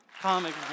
comic